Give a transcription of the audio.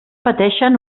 pateixen